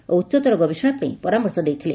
ଓ ଉଚ୍ଚତର ଗବେଷଣା ପାଇଁ ପରାମର୍ଶ ଦେଇଥିଲେ